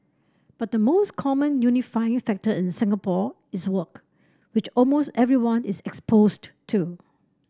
but the most common unifying factor in Singapore is work which almost everyone is exposed to